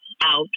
out